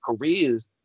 careers